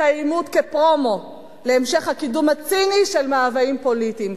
העימות כפרומו להמשך הקידום הציני של מאוויים פוליטיים.